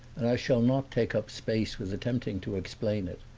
and i shall not take up space with attempting to explain it,